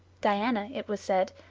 diana, it was said,